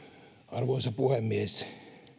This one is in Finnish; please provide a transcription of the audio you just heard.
arvoisa puhemies